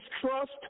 trust